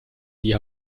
die